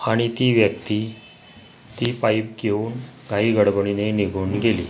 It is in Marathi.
आणि ती व्यक्ती ती पाईप घेऊन घाईगडबडीने निघून गेली